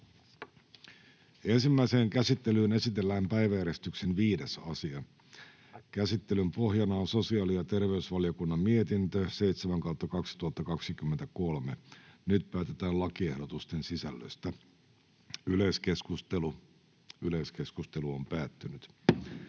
Ensimmäiseen käsittelyyn esitellään päiväjärjestyksen 4. asia. Käsittelyn pohjana on hallintovaliokunnan mietintö HaVM 4/2023 vp. Nyt päätetään lakiehdotuksen sisällöstä. — Yleiskeskustelu, edustaja